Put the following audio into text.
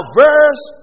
verse